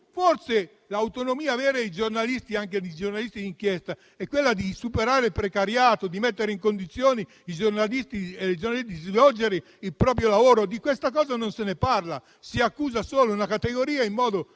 Forse l'autonomia vera dei giornalisti, anche dei giornalisti d'inchiesta, è quella di superare il precariato e mettere in condizione i giornalisti e i giornali di svolgere il proprio lavoro: di questa cosa non si parla. Si accusa solo una categoria in modo